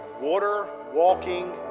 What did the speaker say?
water-walking